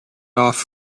off